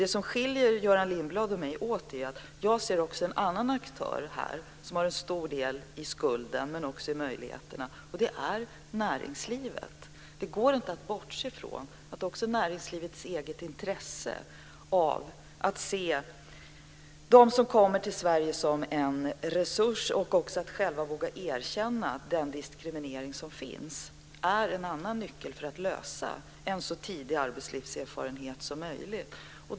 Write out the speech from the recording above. Det som skiljer Göran Lindblad och mig åt är att jag också ser en annan aktör som har en stor del i skulden, men som också har möjligheter. Det är näringslivet. Det går inte att bortse från att näringslivets intresse av att se dem som kommer till Sverige som en resurs, och att man vågar erkänna den diskriminering som finns, är en annan nyckel till att de berörda får arbetslivserfarenhet så tidigt som möjligt.